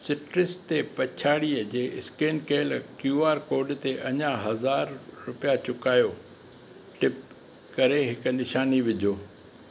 citrus ते पिछाड़ीअ जे स्केन कयलु कयू आर कोड ते अञा हज़ार रुपिया चुकायो टिप करे हिकु निशानी विझो